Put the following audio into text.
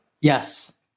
Yes